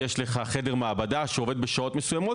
יש לך חדר מעבדה שעובד בשעות מסוימות